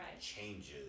changes